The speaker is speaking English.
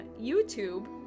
YouTube